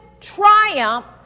triumph